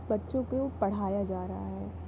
बच्चों को पढ़ाया जा रहा है